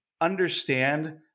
understand